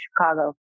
Chicago